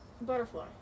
butterfly